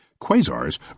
Quasars